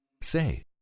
Say